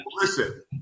Listen